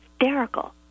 hysterical